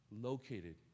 located